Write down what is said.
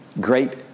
great